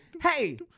hey